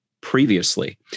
previously